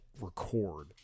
record